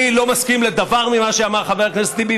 אני לא מסכים לדבר ממה שאמר חבר הכנסת טיבי,